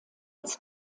als